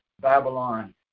Babylon